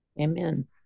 Amen